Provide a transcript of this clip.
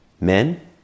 men